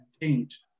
change